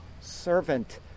servant